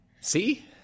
See